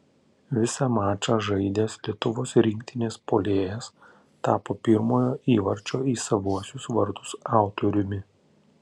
visą mačą žaidęs lietuvos rinktinės puolėjas tapo pirmojo įvarčio į savuosius vartus autoriumi